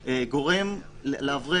יכולת.